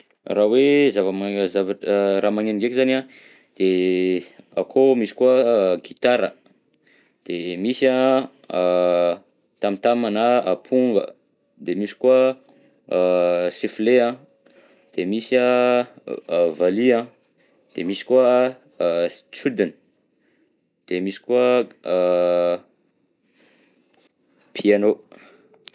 Raha hoe zava-ma- zavatra raha magneno ndraiky zany an, de akao misy koa gitara, de misy an tam tam na aponga de misy koa a sifflet an de misy a valiha an de misy koa sodina, de misy koa piano.